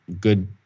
good